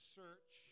search